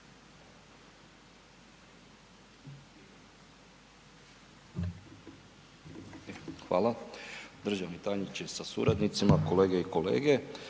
sabora, državni tajniče sa suradnicima, kolegice i kolege.